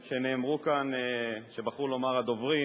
שנאמרו כאן ושבחרו לומר הדוברים,